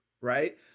right